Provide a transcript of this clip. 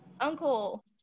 Uncle